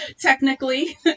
technically